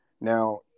now